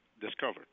discovered